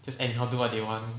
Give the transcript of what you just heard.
just anyhow do what they want